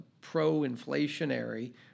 pro-inflationary